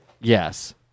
yes